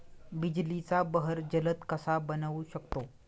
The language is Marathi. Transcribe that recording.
बिजलीचा बहर जलद कसा बनवू शकतो?